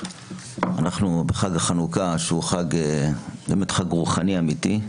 אנחנו בחג החנוכה שהוא באמת חג רוחני אמיתי.